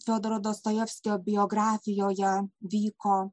fiodoro dostojevskio biografijoje vyko